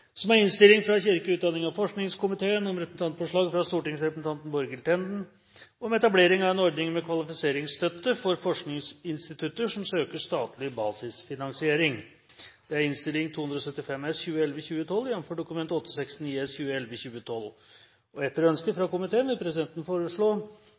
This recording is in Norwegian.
som lyder at representantforslaget fra stortingsrepresentanten Borghild Tenden, om etablering av en ordning med kvalifiseringsstøtte for forskningsinstituttene som søker statlig basisfinansiering,